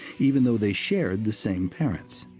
even though they shared the same parents.